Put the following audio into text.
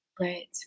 right